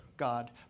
god